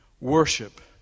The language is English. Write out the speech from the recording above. Worship